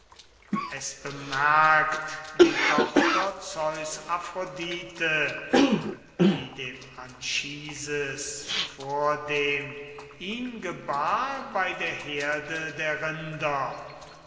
es bemerkt die tochter zeus aphrodite die dem anchises vordem ihn gebar bei der herde der rinder